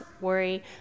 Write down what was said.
worry